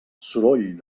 soroll